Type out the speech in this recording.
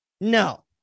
No